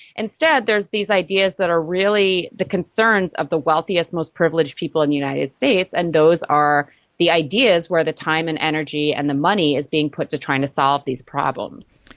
instead there are these ideas that are really the concerns of the wealthiest most privileged people in the united states and those are the ideas where the time and energy and the money is being put to trying to solve these problems.